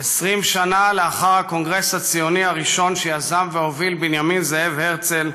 20 שנה לאחר הקונגרס הציוני הראשון שיזם והוביל בנימין זאב הרצל,